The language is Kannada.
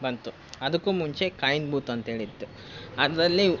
ಬಂತು ಅದಕ್ಕೂ ಮುಂಚೆ ಕಾಯಿನ್ ಬೂತ್ ಅಂತೇಳಿತ್ತು ಅದರಲ್ಲಿ